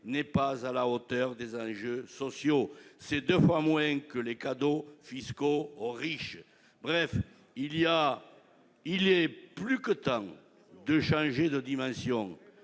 n'est pas à la hauteur des enjeux sociaux, c'est deux fois moins que les cadeaux fiscaux aux plus riches ...». Bref, il est plus que temps de changer de dimension.